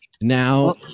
Now